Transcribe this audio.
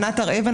ענת הר אבן,